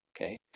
okay